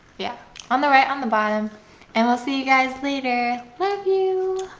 yeah on the right on the bottom and we'll see you guys later! love you!